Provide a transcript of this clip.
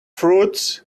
fruits